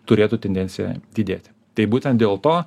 turėtų tendenciją didėt tai būtent dėl to